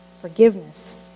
forgiveness